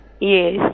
Yes